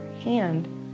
hand